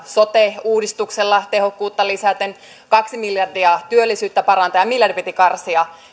sote uudistuksella tehokkuutta lisäten kaksi miljardia työllisyyttä parantaen ja miljardi piti karsia